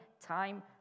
time